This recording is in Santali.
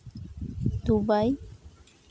ᱫᱩᱵᱟᱭ